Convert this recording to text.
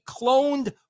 cloned